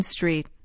Street